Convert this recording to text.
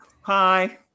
Hi